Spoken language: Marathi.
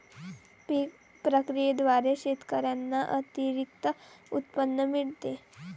पीक प्रक्रियेद्वारे शेतकऱ्यांना अतिरिक्त उत्पन्न मिळते